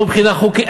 לא מבחינה חוקית.